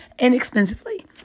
inexpensively